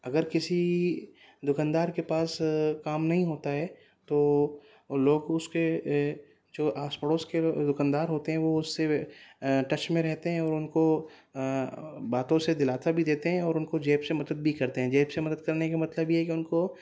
اگر کسی دوکاندار کے پاس کام نہیں ہوتا ہے تو لوگ اس کے جو آس پڑوس کے وہ دوکاندار ہوتے ہیں وہ اس سے ٹچ میں رہتے ہیں وہ ان کو باتوں سے دلاسا بھی دیتے ہیں اور ان کو جیب سے مدد بھی کرتے ہیں جیب سے مدد کرنے کا مطلب یہ ہے کہ ان کو